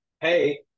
hey